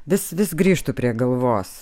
vis vis grįžtu prie galvos